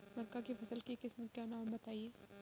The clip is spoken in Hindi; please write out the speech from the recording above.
मक्का की फसल की किस्मों का नाम बताइये